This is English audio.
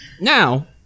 Now